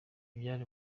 byari